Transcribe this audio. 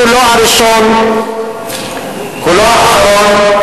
הוא לא הראשון ולא האחרון.